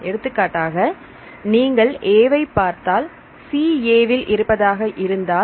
எடுத்துக்காட்டாக நீங்கள் A வை பார்த்தால் CA வில் இருப்பதாக இருந்தால்